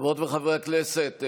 חברות וחברי הכנסת,